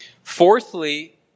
Fourthly